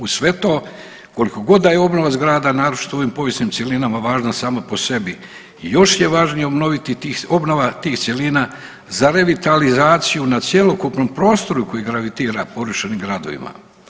Uz sve to, koliko god da je obnova zgrada, naročito u ovim povijesnim cjelinama važna sama po sebi, još je važnije obnoviti, tih obnova tih cjelina za revitalizaciju na cjelokupnom prostoru koji gravitira porušenim gradovima.